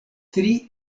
tri